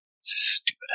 Stupid